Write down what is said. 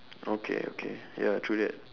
okay okay ya true that